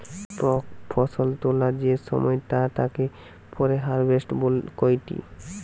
প্রাক ফসল তোলা যে সময় তা তাকে পরে হারভেস্ট কইটি